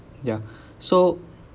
ya so